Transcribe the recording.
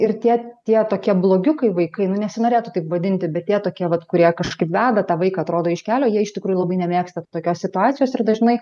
ir tie tie tokie blogiukai vaikai nu nesinorėtų taip vadinti bet tie tokie vat kurie kažkaip veda tą vaiką atrodo iš kelio jie iš tikrųjų labai nemėgsta tokios situacijos ir dažnai